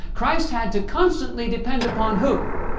christ had to constantly depend upon who.